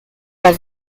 war